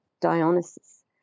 Dionysus